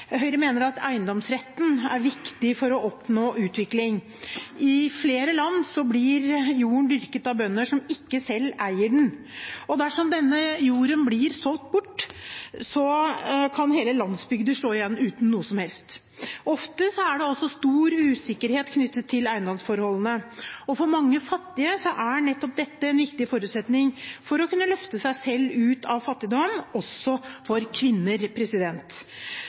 Høyre mener at eiendomsretten er viktig for å oppnå utvikling. I flere land blir jorda dyrket av bønder som ikke selv eier den. Dersom denne jorda blir solgt bort, kan hele landsbygder stå igjen uten noe som helst. Ofte er det også stor usikkerhet knyttet til eiendomsforholdene. For mange fattige er nettopp dette en viktig forutsetning for å kunne løfte seg selv ut av fattigdom, også for kvinner.